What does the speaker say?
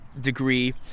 degree